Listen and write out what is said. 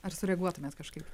ar sureaguotumėt kažkaip